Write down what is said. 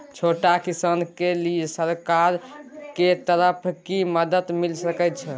छोट किसान के लिए सरकार के तरफ कि मदद मिल सके छै?